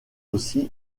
aussi